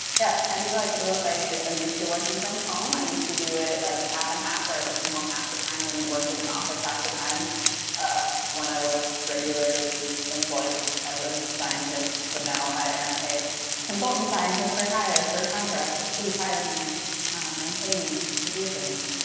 yeah, kind of like rose, i am used to working from home. i used to do it like half and half where i worked from home half the time and then worked in an office half the time when i was regularly employed as a scientist. but now i am a consultant scientist for hire, for contracts. please hire me and pay me to do things.